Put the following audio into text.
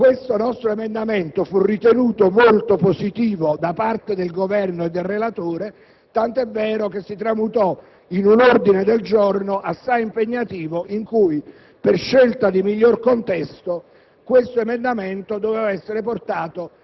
dei lavoratori a progetto). Questo nostro emendamento fu ritenuto molto positivo dal Governo e dal relatore, tanto è vero che si tramutò in un ordine del giorno assai impegnativo, in cui si prevedeva che, per scelta di miglior contesto,